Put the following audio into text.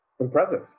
impressive